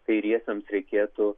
kairiesiems reikėtų